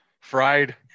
Fried